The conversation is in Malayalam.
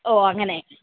ഓ അങ്ങനെ